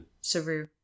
Saru